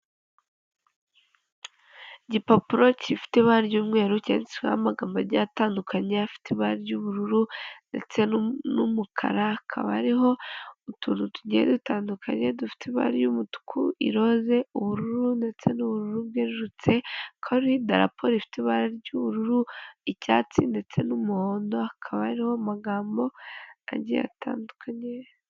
Igipapuro kifite ibara ry'umweru cyanditseho amambo agiye atandukanye afite ibara ry'ubururu ndetse n'umukara, hakaba ariho utuntu tugiye dutandukanye dufite ibara ry'umutuku iroze ubururu ndetse n'ubururu bwerurutse, hakaba hari n'idarapo ifite ibara ry'ubururu, icyatsi ndetse n'umuhondo, hakaba hariho amagambo agiye atandukanye.